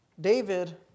David